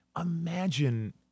imagine